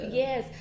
yes